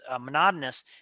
monotonous